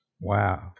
wow